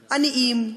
עניים,